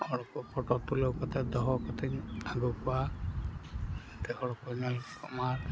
ᱦᱚᱲᱠᱚ ᱯᱷᱳᱴᱳ ᱛᱩᱞᱟᱹᱣ ᱠᱟᱛᱮ ᱫᱚᱦᱚ ᱠᱟᱛᱮᱧ ᱟᱹᱜᱩ ᱠᱚᱣᱟ ᱡᱟᱛᱮ ᱦᱚᱲ ᱠᱚ ᱧᱮᱞᱠᱚᱢᱟ